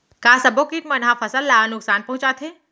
का सब्बो किट मन ह फसल ला नुकसान पहुंचाथे?